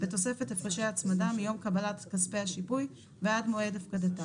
בתוספת הפרשי הצמדה מיום קבלת כספי השיפוי ועד מועד הפקדתם.